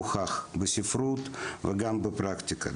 הוכח בספרות וגם בפרקטיקה.